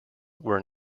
were